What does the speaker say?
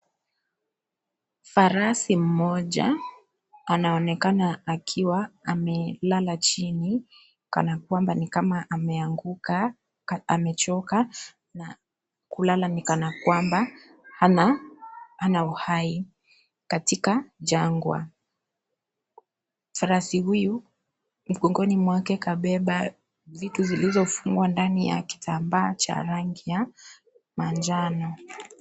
Farasi mmoja anaonekana akiwa amelala chini kana kwamba ni kama ameanguka. Amechoka na kulala ni kana kwamba hana uhai katika jangwa. Farasi huyu mgongoni mwake kabeba vitu zilizofungwa ndani ya kitambaa cha rangi ya manjano.